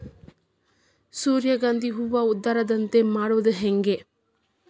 ಸೂರ್ಯಕಾಂತಿ ಹೂವ ಉದರದಂತೆ ಮಾಡುದ ಹೆಂಗ್?